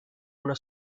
una